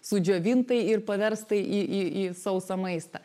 sudžiovintai ir paverstai į į į sausą maistą